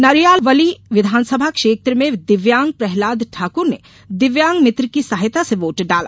नरयावली विधानसभा क्षेत्र के में दिव्यांग प्रहलाद ठाकुर ने दिव्यांग मित्र की सहायता से वोट डाला